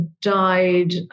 died